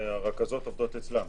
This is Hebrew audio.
הרכזות עובדות אצלם,